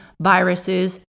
viruses